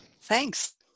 Thanks